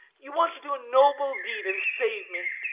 you want to do a noble deed and save me.